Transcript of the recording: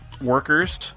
workers